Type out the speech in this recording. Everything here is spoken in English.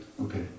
Okay